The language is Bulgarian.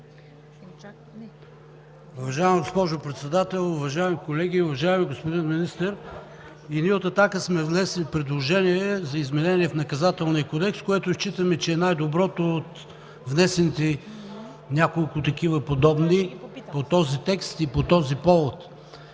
Уважаема госпожо Председател, уважаеми колеги, уважаеми господин Министър! И ние от „Атака“ сме внесли предложение за изменение в Наказателния кодекс, което считаме, че е най-доброто от внесените няколко такива подобни по този текст и по този повод.